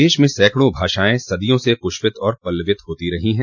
देश में सैंकडों भाषायें सदियों से पुष्पित और पल्लवित होती रही हैं